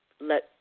let